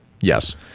Yes